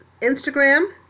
Instagram